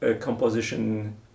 composition